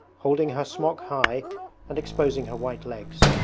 holding her smock high and exposing her white legs.